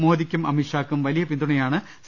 മോദിക്കും അമിത് ഷാക്കും വലിയ പിന്തുണയാണ് സി